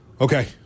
Okay